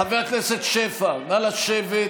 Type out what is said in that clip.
חבר הכנסת שפע, נא לשבת.